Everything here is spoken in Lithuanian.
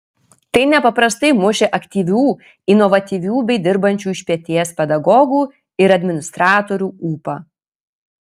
tai nepaprastai mušė aktyvių inovatyvių bei dirbančių iš peties pedagogų ir administratorių ūpą